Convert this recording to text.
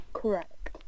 Correct